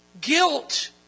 Guilt